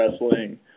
wrestling